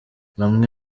bamwe